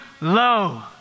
low